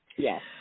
Yes